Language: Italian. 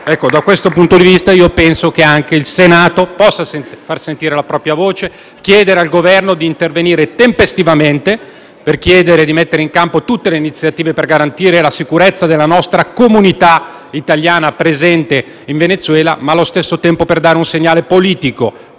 Da questo punto di vista penso che anche il Senato possa far sentire la propria voce e chiedere al Governo di intervenire tempestivamente per mettere in campo tutte le iniziative per garantire la sicurezza della nostra comunità italiana presente in Venezuela ma, allo stesso tempo, per dare un segnale politico